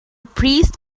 priest